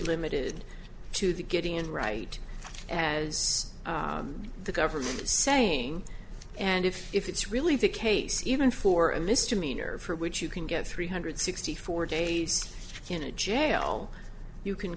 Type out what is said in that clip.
limited to the getting in right as the government is saying and if if it's really the case even for a misdemeanor for which you can get three hundred sixty four days in a jail you can